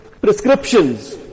prescriptions